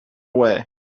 away